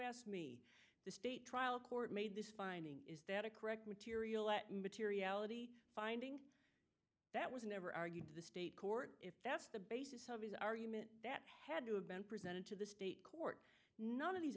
asked me the state trial court made this finding is that a correct material at materiality finding that was never argued to the state court if that's the basis of his argument that had to have been presented to the state court none of these